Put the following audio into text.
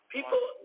People